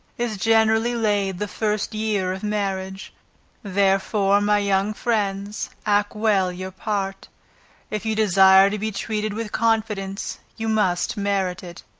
is generally laid the first year of marriage therefore, my young friends, act well your part if you desire to be treated with confidence you must merit it.